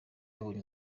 yabonye